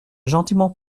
gentiment